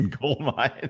Goldmine